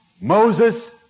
Moses